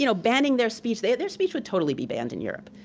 you know banning their speech, their their speech would totally be banned in europe,